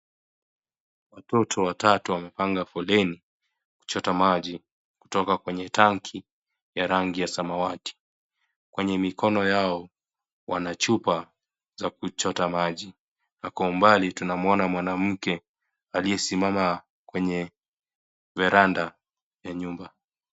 Watoto watatu wamepanga foleni kuchota maji ,kutoka kwenye tanki ya rangi ya samawati kwenye mikono yao wana chupa za kuchota maji na kwa umbali tunamwona mwanamke aliyesimama kwenye veranda ya nyumba.